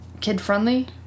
kid-friendly